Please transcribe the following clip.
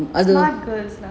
smart girls lah